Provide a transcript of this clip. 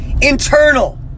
Internal